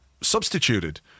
substituted